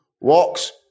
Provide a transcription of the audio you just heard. walks